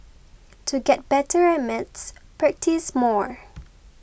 to get better at maths practise more